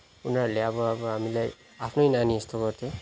उनीहरूले अब अब हामीलाई आफ्नै नानी जस्तो गर्थे